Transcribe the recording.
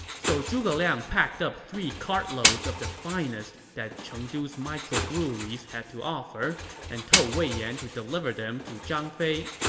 so zhuge liang packed up three cart loads of the finest that chengdu's micro-breweries had to offer and told wei yan to deliver them to zhang fei.